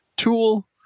Tool